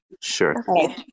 Sure